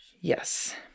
Yes